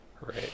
Right